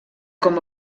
com